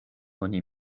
oni